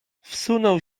wsunął